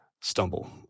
stumble